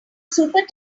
super